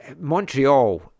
Montreal